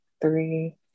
three